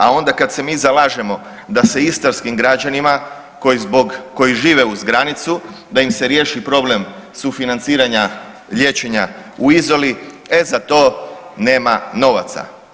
A onda kad se mi zalažemo da istarskim građanima koji zbog, koji žive uz granicu, da im se riješi problem sufinanciranja liječenja u Izoli, e za to nema novaca.